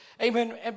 Amen